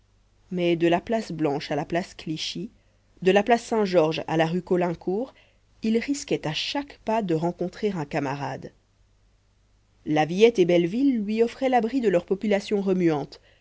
mais de la place blanche à la place clichy de la place saint-georges à la rue caulaincourt il risquait à chaque pas de rencontrer un camarade la villette et belleville lui offraient l'abri de leur population remuante